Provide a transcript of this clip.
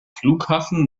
flughafen